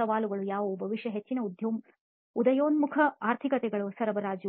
ಸವಾಲುಗಳು ಯಾವುವು ಬಹುಶಃ ಹೆಚ್ಚಿನ ಉದಯೋನ್ಮುಖ ಆರ್ಥಿಕತೆಗಳಿಗೆ ಸರಬರಾಜು